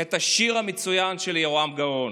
את השיר המצוין של יהורם גאון.